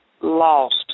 lost